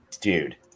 dude